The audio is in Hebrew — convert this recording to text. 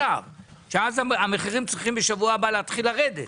ואז המחירים צריכים בשבוע הבא להתחיל לרדת